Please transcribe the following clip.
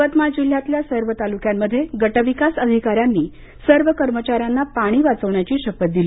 यवतमाळ जिल्ह्यातल्या सर्व तालुक्यांमध्ये गटविकास अधिकाऱ्यांनी सर्व कर्मचाऱ्यांना पाणी वाचवण्याची शपथ दिली